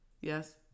Yes